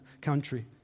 country